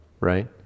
right